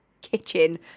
kitchen